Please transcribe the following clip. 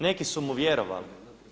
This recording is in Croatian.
Neki su mu vjerovali.